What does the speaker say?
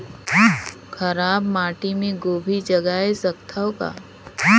खराब माटी मे गोभी जगाय सकथव का?